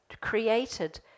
created